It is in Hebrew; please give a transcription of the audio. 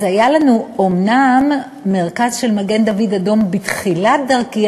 אז היה לנו אומנם מרכז של מגן-דוד-אדום בתחילת דרכי,